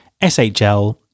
SHL